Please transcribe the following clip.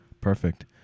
perfect